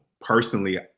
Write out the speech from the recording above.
personally